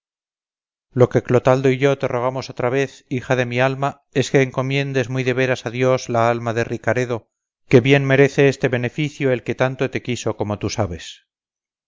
lo que clotaldo y yo te rogamos otra vez hija de mi alma es que encomiendes muy de veras a dios la alma de ricaredo que bien merece este beneficio el que tanto te quiso como tú sabes